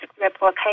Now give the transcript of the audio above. replication